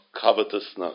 covetousness